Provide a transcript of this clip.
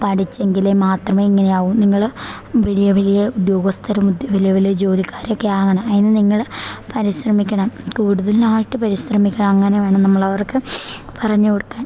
പഠിച്ചെങ്കിലേ മാത്രമേ ഇങ്ങനെയാവു നിങ്ങൾ വലിയ വലിയ ഉദ്യോഗസ്ഥരും ഉദ് വലിയ വലിയ ജോലിക്കാരൊക്കെ ആകണം അതിന് നിങ്ങൾ പരിശ്രമിക്കണം കൂടുതലായിട്ട് പരിശ്രമിക്കണം അങ്ങനെ വേണം നമ്മളവർക്ക് പറഞ്ഞു കൊടുക്കാൻ